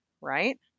right